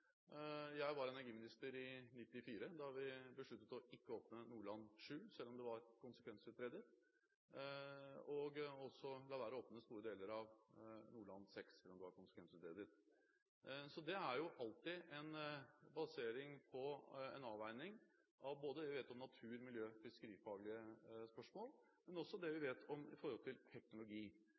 Jeg var energiminister i 1994, da vi besluttet ikke å åpne Nordland VII, selv om det var konsekvensutredet, og å la være å åpne store deler av Nordland VI, selv om det var konsekvensutredet. Det er alltid basert på en avveining av både det vi vet om natur, miljø og fiskerifaglige spørsmål, og det vi vet når det gjelder teknologi. Ny teknologi,